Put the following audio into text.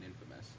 Infamous